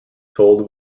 sold